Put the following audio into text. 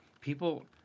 People